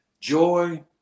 Joy